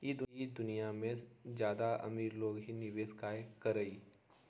ई दुनिया में ज्यादा अमीर लोग ही निवेस काहे करई?